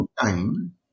time